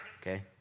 okay